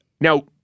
Now